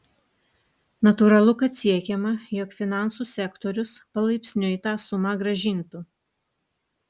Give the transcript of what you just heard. natūralu kad siekiama jog finansų sektorius palaipsniui tą sumą grąžintų